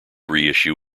reissue